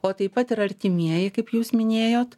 o taip pat ir artimieji kaip jūs minėjot